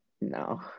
no